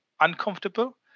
uncomfortable